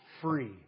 free